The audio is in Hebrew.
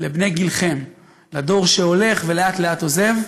לבני גילכם, לדור שהולך ולאט-לאט עוזב,